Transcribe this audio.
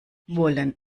wollen